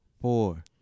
four